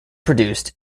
produced